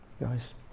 guys